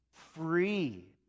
Free